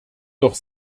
doch